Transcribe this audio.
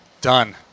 Done